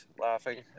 laughing